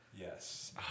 Yes